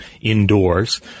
indoors